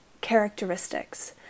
characteristics